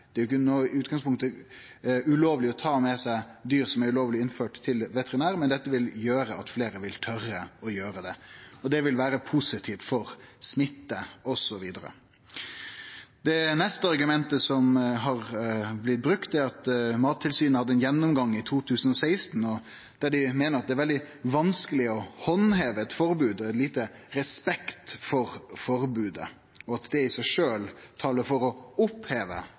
Det er i utgangspunktet ikkje ulovleg å ta med seg dyr som er ulovleg innførte, til veterinær, men dette vil gjere at fleire vil tore å gjere det, og det vil vere positivt når det gjeld smitte osv. Det neste argumentet som har blitt brukt, er at Mattilsynet ut frå sin gjennomgang i 2016 meiner det er veldig vanskeleg å handheve eit forbod, at det er lite respekt for forbodet, og at det i seg sjølv talar for å oppheve